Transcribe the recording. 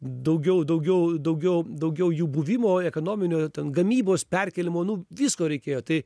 daugiau daugiau daugiau daugiau jų buvimo ekonominio ten gamybos perkėlimo nu visko reikėjo tai